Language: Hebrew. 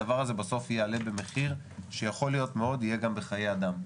הדבר הזה בסוף יעלה במחיר שיכול להיות מאוד שיהיה גם בחיי אדם.